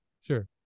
Sure